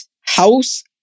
house